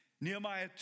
Nehemiah